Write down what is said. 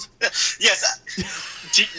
Yes